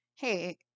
Hey